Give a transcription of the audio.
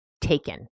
taken